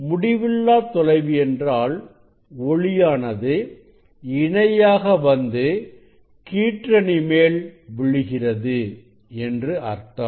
முடிவில்லா தொலைவு என்றால் ஒளியானது இணையாக வந்து கீற்றணி மேல் விழுகிறது என்று அர்த்தம்